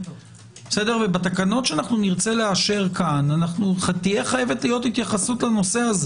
ובתקנות שנרצה לאשר כאן תהיה חייבת להיות התייחסות לנושא.